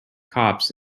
cops